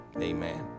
Amen